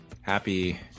happy